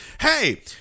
hey